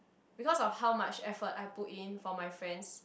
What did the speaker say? because of how much effort I put in for my friends